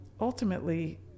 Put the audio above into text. ultimately